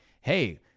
Hey